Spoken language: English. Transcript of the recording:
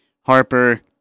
Harper